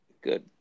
good